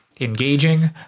Engaging